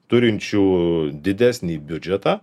turinčių didesnį biudžetą